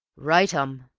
rightum!